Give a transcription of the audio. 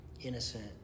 innocent